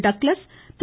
Douglas Thiru